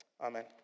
Amen